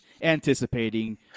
anticipating